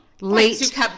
Late